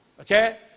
okay